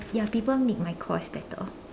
ya people make my course better